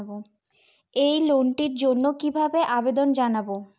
এই লোনটির জন্য কিভাবে আবেদন জানাবো?